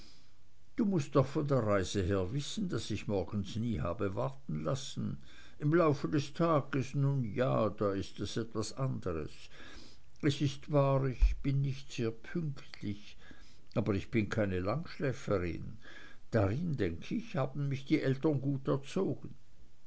du mußt von der reise her wissen daß ich morgens nie habe warten lassen im laufe des tages nun ja da ist es etwas anderes es ist wahr ich bin nicht sehr pünktlich aber ich bin keine langschläferin darin denk ich haben mich die eltern gut erzogen